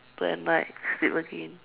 to at night sleep again